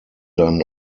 dann